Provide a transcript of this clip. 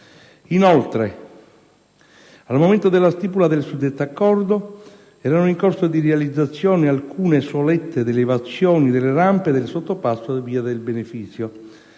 Inoltre, al momento della stipula del suddetto accordo, erano in corso di realizzazione alcune solette ed elevazioni delle rampe del sottopasso di via del Benefizio.